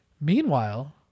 Meanwhile